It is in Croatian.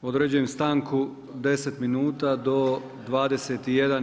Određujem stanku 10 minuta, do 21,10.